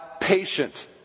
patient